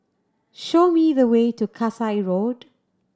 show me the way to Kasai Road